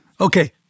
Okay